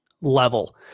level